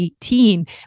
18